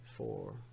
four